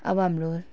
अब हाम्रो